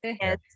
Yes